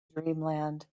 dreamland